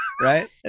Right